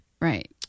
Right